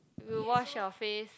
you wash your face